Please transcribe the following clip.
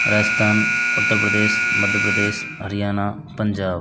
Rajasthan Uttar Pradesh Madhya Pradesh Haryana Punjab